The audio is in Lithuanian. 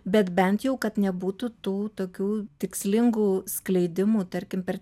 bet bent jau kad nebūtų tų tokių tikslingų skleidimų tarkim per